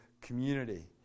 community